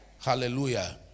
Hallelujah